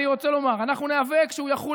אני רוצה לומר שאנחנו ניאבק שהוא יחול